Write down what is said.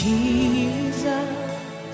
Jesus